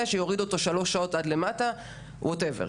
שיוריד אותו שלוש שעות עד למטה וכדומה,